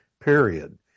period